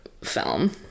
film